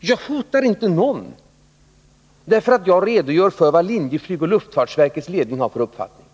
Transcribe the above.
Jag hotar inte någon, därför att jag redogör för vad Linjeflyg och luftfartsverket har för uppfattning!